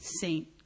saint